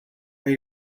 are